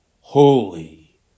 Holy